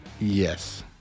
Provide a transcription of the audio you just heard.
Yes